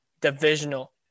divisional